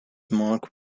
marked